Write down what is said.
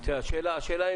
השאלה אם